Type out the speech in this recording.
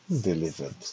delivered